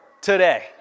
today